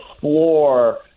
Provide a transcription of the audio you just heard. floor